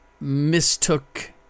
mistook